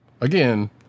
Again